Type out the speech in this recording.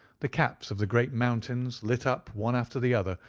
the caps of the great mountains lit up one after the other,